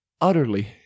utterly